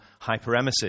hyperemesis